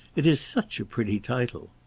it is such a pretty title!